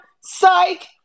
Psych